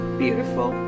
beautiful